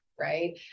right